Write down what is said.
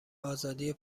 آزادی